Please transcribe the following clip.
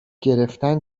گرفتن